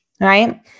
Right